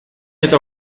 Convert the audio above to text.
eta